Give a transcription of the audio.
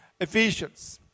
Ephesians